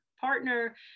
partner